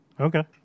Okay